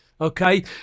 Okay